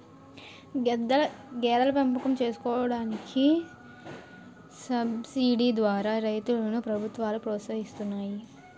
గేదెల పెంపకం చేసుకోడానికి సబసిడీ ద్వారా రైతులను ప్రభుత్వాలు ప్రోత్సహిస్తున్నాయి